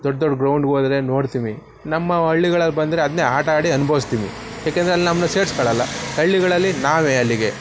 ದೊಡ್ಡ ದೊಡ್ಡ ಗ್ರೌಂಡಿಗೋದ್ರೆ ನೋಡ್ತೀನಿ ನಮ್ಮ ಹಳ್ಳಿಗಳಲ್ಲಿ ಬಂದರೆ ಅದನ್ನೇ ಆಟ ಆಡಿ ಅನುಭವ್ಸ್ತೀನಿ ಏಕೆಂದರೆ ಅಲ್ಲಿ ನಮ್ಮನ್ನ ಸೇರಿಸ್ಕೊಳ್ಳೋಲ್ಲ ಹಳ್ಳಿಗಳಲ್ಲಿ ನಾವೇ ಅಲ್ಲಿಗೆ